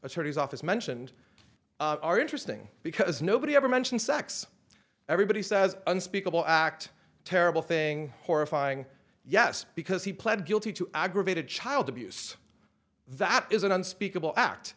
attorney's office mentioned are interesting because nobody ever mentioned sex everybody says unspeakable act terrible thing horrifying yes because he pled guilty to aggravated child abuse that is an unspeakable act